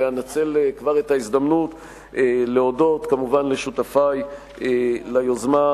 ואנצל כבר את ההזדמנות להודות לשותפי ליוזמה,